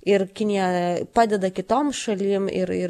ir kinija padeda kitom šalim ir ir